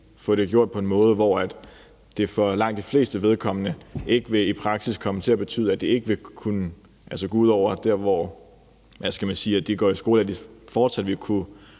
få det gjort på en måde, hvor det for langt de flestes vedkommende i praksis ikke vil komme til at betyde, at det vil gå ud over deres skolegang, så de fortsat vil kunne